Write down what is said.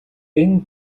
энэ